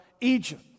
Egypt